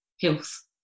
Health